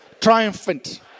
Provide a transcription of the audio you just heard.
triumphant